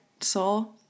soul